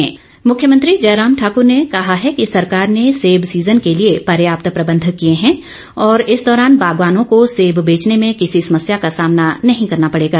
जयराम मुख्यमंत्री जयराम ठाकुर ने कहा है कि सरकार ने सेब सीजन के लिए पर्याप्त प्रबंध किए हैं और इस दौरान बागवानों को सेब बेचने में किसी समस्या का सामना नहीं करना पडेगा